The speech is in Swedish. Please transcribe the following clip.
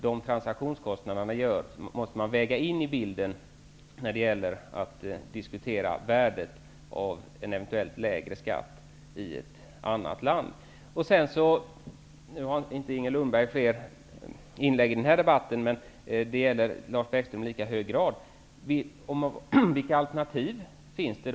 De transaktionskostnaderna måste vägas in i bilden när det gäller att diskutera värdet av en eventuellt lägre skatt i ett annat land. Inger Lundberg har inte fler inlägg i den här debatten, men det jag nu tar upp gäller i lika hög grad Lars Bäckström. Vilka alternativ finns det?